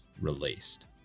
released